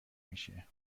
میشه